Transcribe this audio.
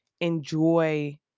enjoy